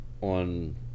on